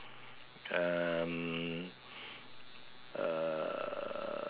uh